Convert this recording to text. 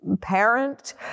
parent